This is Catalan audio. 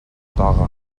toga